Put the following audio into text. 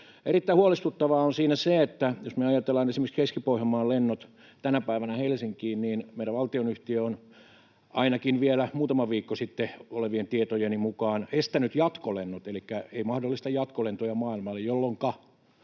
Erittäin huolestuttavaa siinä on se, että jos me ajatellaan esimerkiksi Keski-Pohjanmaan lentoja tänä päivänä Helsinkiin, niin meidän valtionyhtiö on ainakin vielä muutaman viikon takaa olevien tietojeni mukaan estänyt jatkolennot, elikkä ei mahdollista jatkolentoja maailmalle, jolloinka